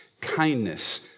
kindness